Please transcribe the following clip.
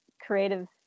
creative